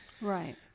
Right